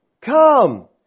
come